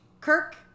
Kirk